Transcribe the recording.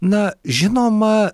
na žinoma